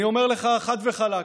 אני אומר לך חד וחלק: